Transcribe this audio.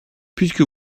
puisque